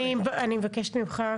אני מבקשת ממך.